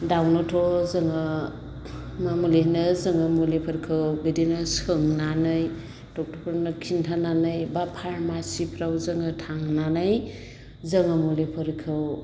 दाउनोथ' जोङो मा मुलि होनो जोङो मुलिफोरखौ बिदिनो सोंनानै ड'क्टरफोरनो खिन्थानानै एबा फारमासिफ्राव जोङो थांनानै जोङो मुलिफोरखौ